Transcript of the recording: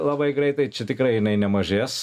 labai greitai čia tikrai jinai nemažės